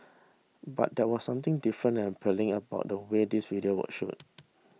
but there was something different and appealing about the way these videos were shot